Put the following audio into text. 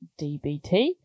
DBT